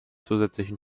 zusätzlichen